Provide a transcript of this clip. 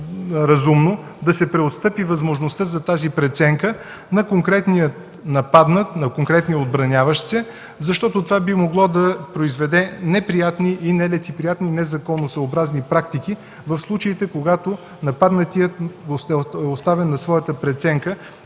да се преотстъпи възможността за тази преценка на конкретния нападнат, на конкретния отбраняващ се, защото това би могло да произведе неприятни и нелицеприятни незаконосъобразни практики в случаите, когато нападнатият е оставен на своята преценка